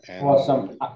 Awesome